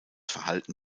verhalten